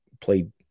played –